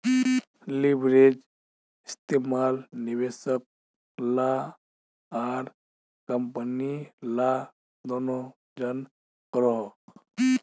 leverage इस्तेमाल निवेशक ला आर कम्पनी ला दनोह जन करोहो